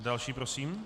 Další prosím.